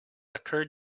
occurred